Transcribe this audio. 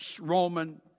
Roman